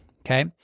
Okay